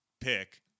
pick